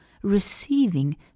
Receiving